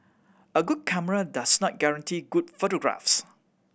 a good camera does not guarantee good photographs